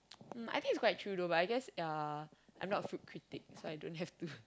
um I think it's quite true though but I guess ya I'm not a food critique so I don't have to